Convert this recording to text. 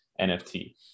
NFT